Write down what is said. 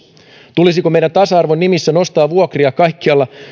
tulisiko meidän tasa arvon nimissä nostaa vuokria kaikkialla